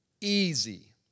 Easy